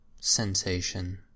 sensation